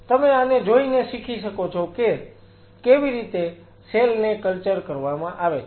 તમે આને જોઇને સીખી શકો છો કે કેવી રીતે સેલ ને કલ્ચર કરવામાં આવે છે